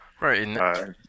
Right